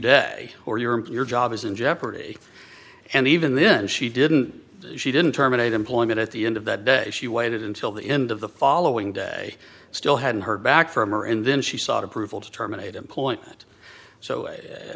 day or your your job is in jeopardy and even then she didn't she didn't terminate employment at the end of that day she waited until the end of the following day still hadn't heard back from or in then she sought approval to terminate employment so i